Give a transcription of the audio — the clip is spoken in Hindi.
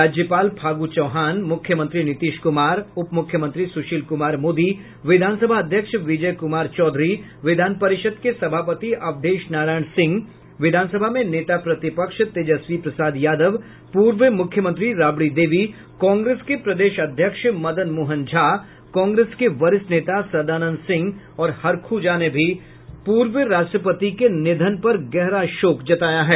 राज्यपाल फागू चौहान मुख्यमंत्री नीतीश कुमार उप मुख्यमंत्री सुशील कुमार मोदी विधानसभा अध्यक्ष विजय कुमार चौधरी विधान परिषद् के सभापति अवधेश नारायण सिंह विधानसभा में नेता प्रतिपक्ष तेजस्वी प्रसाद यादव पूर्व मुख्यमंत्री राबड़ी देवी कांग्रेस के प्रदेश अध्यक्ष मदन मोहन झा कांग्रेस के वरिष्ठ नेता सदानंद सिंह और हरखू झा ने भी पूर्व राष्ट्रपति के निधन पर गहरा शोक जताया है